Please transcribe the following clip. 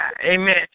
Amen